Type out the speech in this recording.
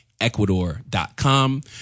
ecuador.com